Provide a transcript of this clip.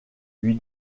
lui